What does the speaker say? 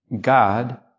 God